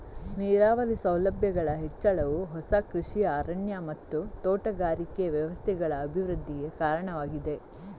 ನೀರಾವರಿ ಸೌಲಭ್ಯಗಳ ಹೆಚ್ಚಳವು ಹೊಸ ಕೃಷಿ ಅರಣ್ಯ ಮತ್ತು ತೋಟಗಾರಿಕೆ ವ್ಯವಸ್ಥೆಗಳ ಅಭಿವೃದ್ಧಿಗೆ ಕಾರಣವಾಗಿದೆ